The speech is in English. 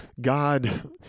God